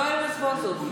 יואל רזבוזוב,